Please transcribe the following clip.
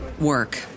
work